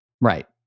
right